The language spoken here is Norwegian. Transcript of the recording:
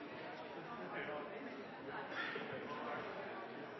jeg er veldig bekymret for